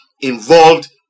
involved